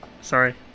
Sorry